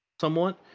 somewhat